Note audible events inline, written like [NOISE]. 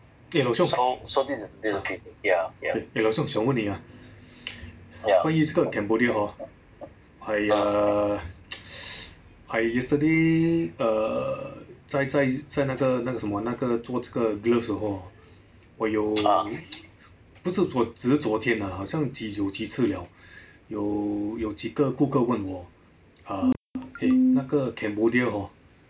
eh 老兄 eh 老兄想问你啊 [NOISE] 关于这个 cambodia hor I err [NOISE] I yesterday err 在在在那个那个什么那个做 gloves 的货我有 [NOISE] 不是我只是昨天 lah 好像几有几次 liao 有有几个顾客问我 err eh 那个 cambodia hor